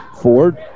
Ford